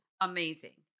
Amazing